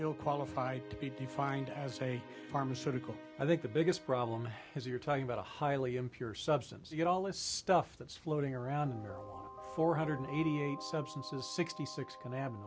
ill qualified to be defined as a pharmaceutical i think the biggest problem is we are talking about a highly impure substance you get all this stuff that's floating around four hundred eighty eight substances sixty six can